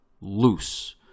loose